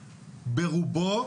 ברובו,